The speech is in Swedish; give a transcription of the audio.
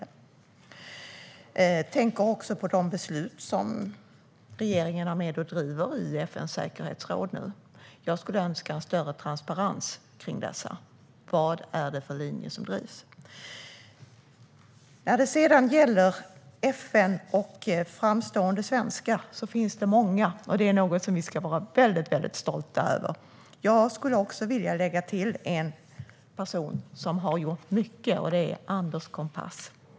Jag tänker också på de beslut som regeringen nu är med och driver igenom i FN:s säkerhetsråd. Jag skulle önska en större transparens i fråga om detta - vilken linje är det som drivs? När det gäller FN och framstående svenskar finns det många sådana, vilket är något som vi ska vara väldigt stolta över. Jag skulle vilja lägga till en person som har gjort mycket, nämligen Anders Kompass.